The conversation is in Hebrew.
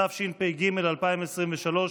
התשפ"ג 2022,